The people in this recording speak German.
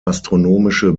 astronomische